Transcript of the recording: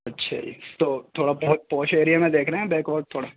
اچھا جی تو تھوڑا بہت پوش ایریا میں دیکھنا ہے بیکورڈ تھوڑا